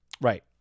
Right